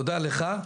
תודה לך,